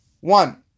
one